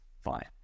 fine